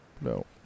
no